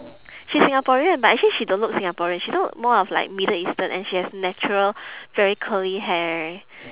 she's singaporean but actually she don't look singaporean she look more of like middle eastern and she has natural very curly hair